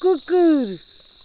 कुकुर